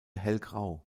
hellgrau